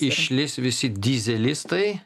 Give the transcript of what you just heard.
išlįs visi dyzelistai